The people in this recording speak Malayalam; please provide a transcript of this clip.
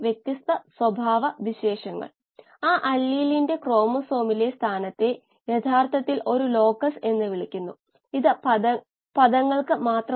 94 ആണ് അത് ഈ പ്രത്യേക ഡാറ്റയിൽ നിന്ന് നേടാം ഇതാണ് സമവാക്യം